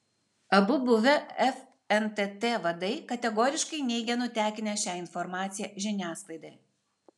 abu buvę fntt vadai kategoriškai neigia nutekinę šią informaciją žiniasklaidai